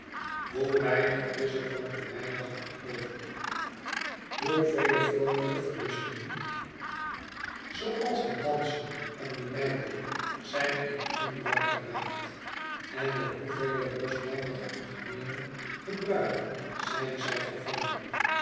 hoe weinig is er van den meidag nog over hoevele vroolijke verlustigingen zooals het dansen om den meiboom zijn in onbruik geraakt en door hoevele losbandige en gem eene gebruiken zijn zij vervangen